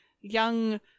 young